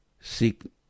Seek